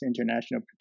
International